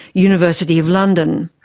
university of london.